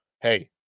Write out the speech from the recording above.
hey